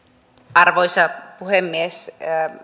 arvoisa puhemies